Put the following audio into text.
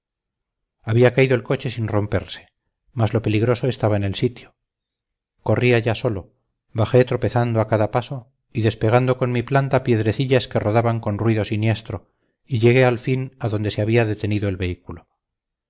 había caído el coche sin romperse mas lo peligroso estaba en el sitio corrí allá solo bajé tropezando a cada paso y despegando con mi planta piedrecillas que rodaban con ruido siniestro y llegué al fin adonde se había detenido el vehículo